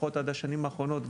לפחות עד השנים האחרונות,